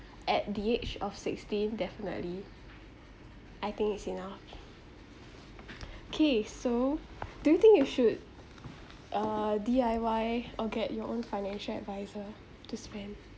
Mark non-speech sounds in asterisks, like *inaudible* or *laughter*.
at the age of sixteen definitely I think it's enough *noise* K so do you think you should uh D_I_Y or get your own financial adviser to spend